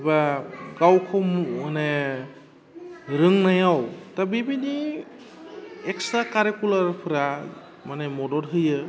एबा गावखौ माने रोंनायाव दा बिबायदि एक्स्रा कारिकुलारफ्रा माने मदद होयो